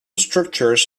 structures